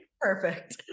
Perfect